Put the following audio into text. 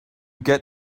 get